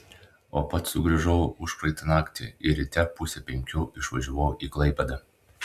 o pats sugrįžau užpraeitą naktį ir ryte pusę penkių išvažiavau į klaipėdą